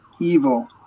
evil